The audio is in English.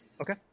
Okay